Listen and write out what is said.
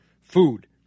food